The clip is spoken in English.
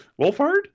Wolfhard